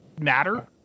matter